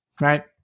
right